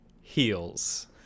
heels